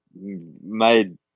made